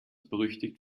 berüchtigt